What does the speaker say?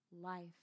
life